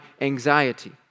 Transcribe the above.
anxiety